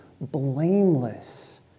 blameless